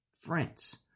France